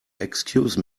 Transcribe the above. excuse